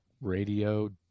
radio